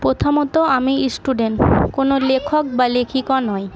প্রথমত আমি ইস্টুডেন্ট কোনো লেখক বা লেখিকা নয়